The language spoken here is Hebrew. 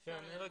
כן.